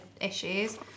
issues